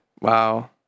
Wow